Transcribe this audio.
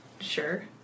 sure